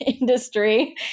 industry